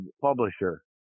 publisher